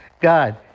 God